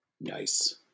Nice